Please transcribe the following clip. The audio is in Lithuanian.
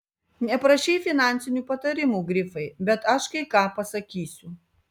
neprašei finansinių patarimų grifai bet aš kai ką pasakysiu